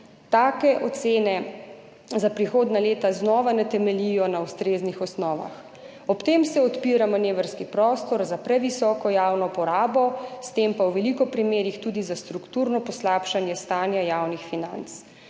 dokumentov za prihodnja leta znova ne temeljijo na ustreznih osnovah. Ob tem se odpira manevrski prostor za previsoko javno porabo, s tem pa v veliko primerih tudi za strukturno poslabšanje stanja javnih financ.